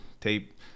Tape